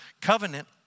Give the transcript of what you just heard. covenant